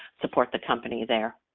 support the company there.